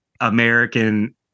American